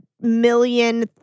million